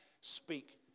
speak